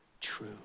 true